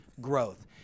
growth